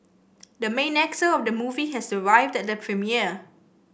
the main actor of the movie has arrived at the premiere